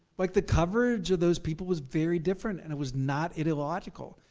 like the coverage of those people was very different and it was not ideological.